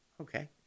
Okay